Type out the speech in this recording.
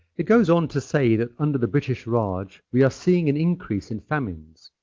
it goes on to say that under the british raj we are seeing an increase in famines.